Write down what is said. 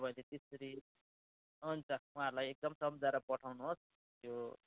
तपाईँले त्यसरी हुन्छ उहाँलाई एकदम सम्झाएर पठाउनुहोस् त्यो